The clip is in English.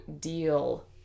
deal